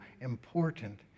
important